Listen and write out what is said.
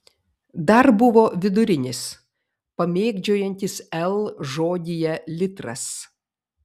dar buvo vidurinis pamėgdžiojantis l žodyje litras